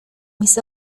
mis